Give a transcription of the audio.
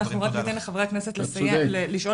אנחנו רק ניתן לחברי הכנסת לסיים לשאול